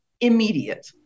immediate